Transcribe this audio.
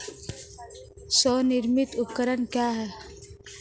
स्वनिर्मित उपकरण क्या है?